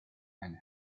and